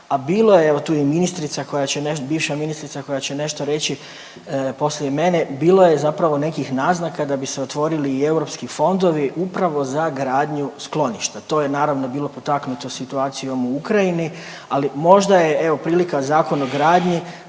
bivša ministrica koja će nešto reći poslije mene, bilo je zapravo nekih naznaka da bi se otvorili i EU fondovi upravo za gradnju skloništa. To je naravno, bilo potaknuto situacijom u Ukrajini, ali možda je, evo, prilika, Zakon o gradnji